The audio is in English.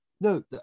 no